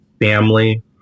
family